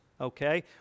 okay